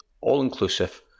all-inclusive